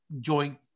joint